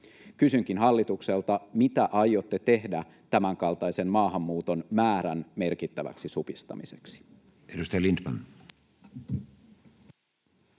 Kysynkin hallitukselta: mitä aiotte tehdä tämänkaltaisen maahanmuuton määrän merkittäväksi supistamiseksi? [Speech 45]